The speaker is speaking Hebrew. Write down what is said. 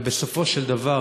ובסופו של דבר,